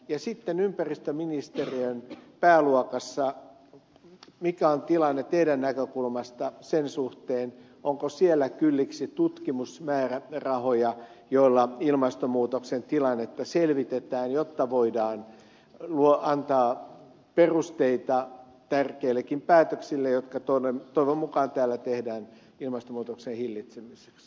ja sitten ympäristöministeriön pääluokassa mikä on tilanne teidän näkökulmastanne sen suhteen onko siellä kylliksi tutkimusmäärärahoja joilla ilmastonmuutoksen tilannetta selvitetään jotta voidaan antaa perusteita tärkeillekin päätöksille jotka toivon mukaan täällä tehdään ilmastonmuutoksen hillitsemiseksi